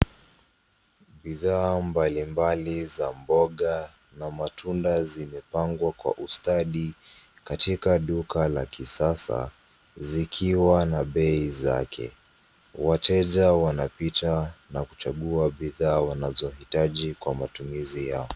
Bidhaa mbalimbali za mboga na matunda zimepangwa kwa ustadi katika duka la kisasa, zikiwa na bei zake. Wateja wanapita na kuchagua bidhaa wanazohitaji kwa matumizi yao.